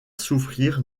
souffrir